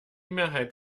mehrheit